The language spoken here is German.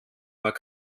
war